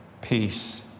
peace